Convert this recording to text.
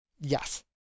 Yes